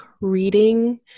reading